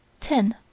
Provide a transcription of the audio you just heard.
ten